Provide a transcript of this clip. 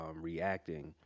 reacting